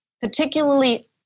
particularly